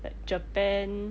like japan